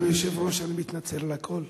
אדוני היושב-ראש, אני מתנצל על הקול,